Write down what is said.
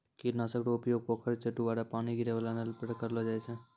कीट नाशक रो उपयोग पोखर, चवुटरा पानी गिरै वाला नल पर करलो जाय छै